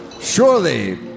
Surely